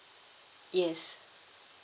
yes